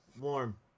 Warm